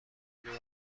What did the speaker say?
میان